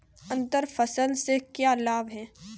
अंतर फसल के क्या लाभ हैं?